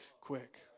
quick